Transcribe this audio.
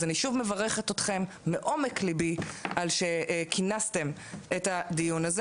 אז אני שוב מברכת אתכם מעומק ליבי על שכינסתם את הדיון הזה.